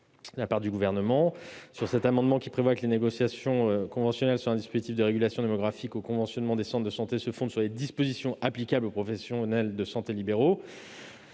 défavorable. En effet, cet amendement tend à ce que les négociations conventionnelles sur un dispositif de régulation démographique au conventionnement des centres de santé se fondent sur les dispositions applicables aux professionnels de santé libéraux.